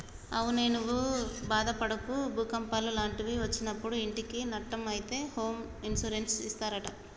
అవునే నువ్వు బాదపడకు భూకంపాలు లాంటివి ఒచ్చినప్పుడు ఇంటికి నట్టం అయితే హోమ్ ఇన్సూరెన్స్ ఇస్తారట